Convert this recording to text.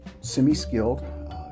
Semi-skilled